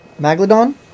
Megalodon